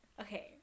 Okay